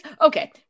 Okay